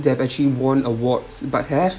that have actually won awards but have